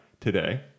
today